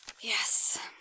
Yes